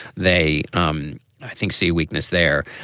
they um think see weakness there.